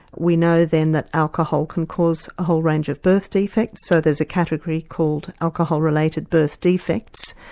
we know then that alcohol can cause a whole range of birth defects, so there's a category called alcohol related birth defects,